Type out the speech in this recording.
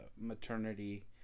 maternity